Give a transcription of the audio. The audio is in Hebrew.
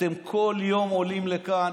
אתם כל יום עולים לכאן,